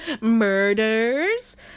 murders